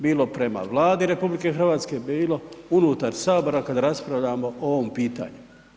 Bilo prema Vladi RH, bilo unutar sabora kad raspravljamo o ovome pitanju.